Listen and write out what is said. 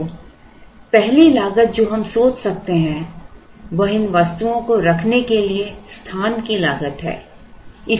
तो पहली लागत जो हम सोच सकते हैं वह इन वस्तुओं को रखने के लिए स्थान की लागत है